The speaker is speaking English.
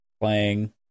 playing